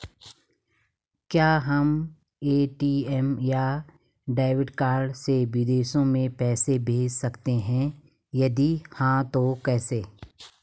क्या हम ए.टी.एम या डेबिट कार्ड से विदेशों में पैसे भेज सकते हैं यदि हाँ तो कैसे?